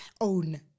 own